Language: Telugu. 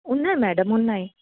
ఉన్నాయి మేడం ఉన్నాయి